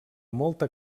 molta